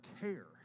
care